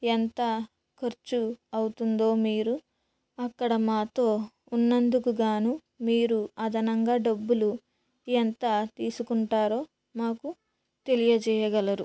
ఎంత ఖర్చు అవుతుందో మీరు అక్కడ మాతో ఉన్నందుకు గాను మీరు అదనంగా డబ్బులు ఎంత తీసుకుంటారో మాకు తెలియజేయగలరు